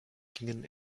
gingen